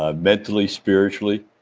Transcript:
ah mentally, spiritually.